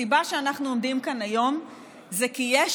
הסיבה שאנחנו עומדים כאן היום היא כי יש